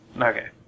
Okay